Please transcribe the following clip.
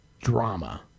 drama